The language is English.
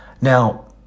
Now